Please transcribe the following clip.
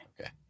Okay